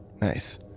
Nice